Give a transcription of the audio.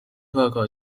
乘客